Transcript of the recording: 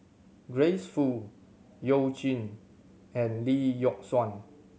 Grace Fu You Jin and Lee Yock Suan